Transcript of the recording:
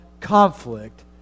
conflict